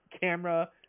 camera